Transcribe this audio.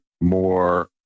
more